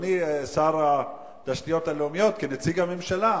אדוני שר התשתיות הלאומיות, כנציג הממשלה,